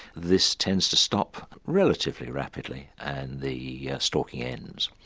this tends to stop relatively rapidly and the stalking ends.